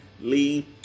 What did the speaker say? Lee